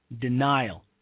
denial